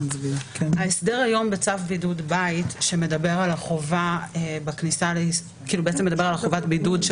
ההסדר היום בצו בידוד בית שמדבר על חובת בידוד של